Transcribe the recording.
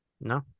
No